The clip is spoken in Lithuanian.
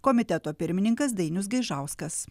komiteto pirmininkas dainius gaižauskas